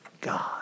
God